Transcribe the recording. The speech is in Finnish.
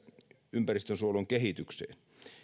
ympäristönsuojelun kehitykseen